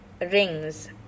rings